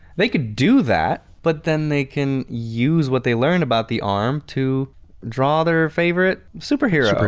they could do that but then they can use what they learned about the arm to draw their favorite superhero.